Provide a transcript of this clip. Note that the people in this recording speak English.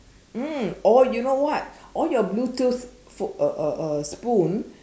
mm or you know what all your bluetooth f~ uh uh uh spoon